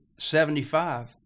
Seventy-five